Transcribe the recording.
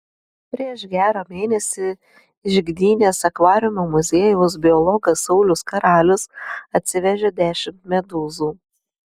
prieš gerą mėnesį iš gdynės akvariumo muziejaus biologas saulius karalius atsivežė dešimt medūzų